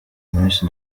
miss